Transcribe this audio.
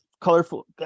colorful